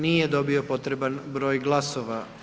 Nije dobio potreban broj glasova.